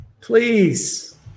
Please